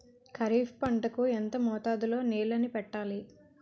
ఖరిఫ్ పంట కు ఎంత మోతాదులో నీళ్ళని పెట్టాలి?